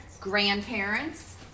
Grandparents